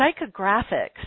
psychographics